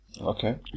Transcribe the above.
Okay